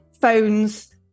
phones